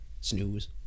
Snooze